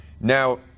Now